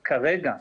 כרגע,